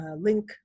link